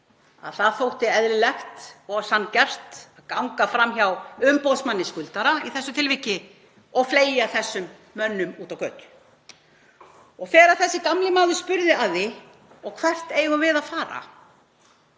það þótti eðlilegt og sanngjarnt að ganga fram hjá Umboðsmanni skuldara í þessu tilviki og fleygja þessum mönnum út á götuna. Þegar þessi gamli maður spurði: Og hvert eigum við að fara?